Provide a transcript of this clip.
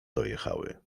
dojechały